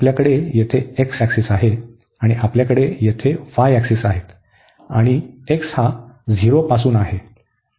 आपल्याकडे येथे x axis आहे आणि आपल्याकडे येथे y ऍक्सिस आहेत आणि x हा 0 पासून आहे